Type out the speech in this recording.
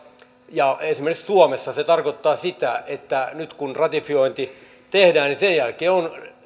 esimerkiksi suomessa se tarkoittaa sitä että nyt kun ratifiointi tehdään niin sen jälkeen on